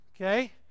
okay